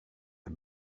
det